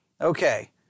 okay